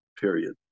period